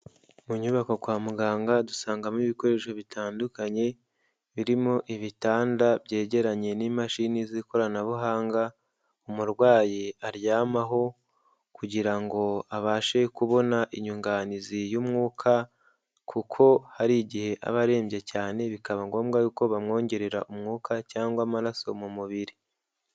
Mu nyubako kwa muganga dusangamo ibikoresho bitandukanye, birimo ibitanda byegeranye n'imashini z'ikoranabuhanga, umurwayi aryamaho kugira ngo abashe kubona inyunganizi y'umwuka, kuko hari igihe aba arembye cyane, bikaba ngombwa yuko bamwongerera umwuka cyangwa amaraso mu mubiri.